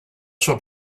sua